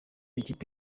ikipe